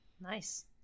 Nice